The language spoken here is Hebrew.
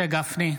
משה גפני,